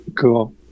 Cool